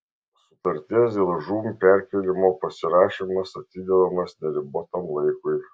sutarties dėl žūm perkėlimo pasirašymas atidedamas neribotam laikui